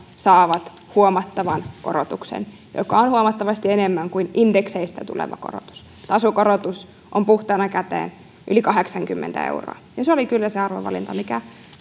saavat huomattavan korotuksen joka on huomattavasti enemmän kuin indekseistä tuleva korotus tasokorotus on puhtaana käteen yli kahdeksankymmentä euroa ja se oli kyllä se arvovalinta mikä